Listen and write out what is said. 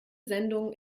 sendung